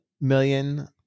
million